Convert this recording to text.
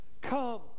come